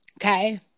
Okay